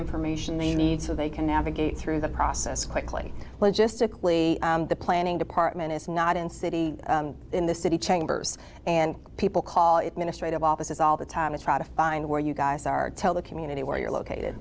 information they need so they can navigate through that process quickly logistically the planning department is not in city in the city chambers and people call it ministry to offices all the time to try to find where you guys are tell the community where you're located